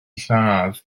lladd